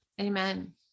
Amen